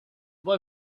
boy